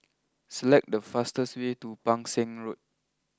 select the fastest way to Pang Seng Road